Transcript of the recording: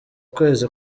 kwezi